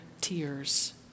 tears